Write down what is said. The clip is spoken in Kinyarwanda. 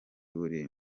buri